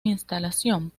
instalación